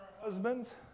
husbands